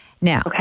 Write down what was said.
Now